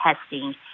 testing